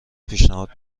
پیشنهاد